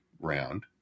round